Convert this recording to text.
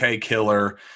killer